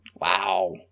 Wow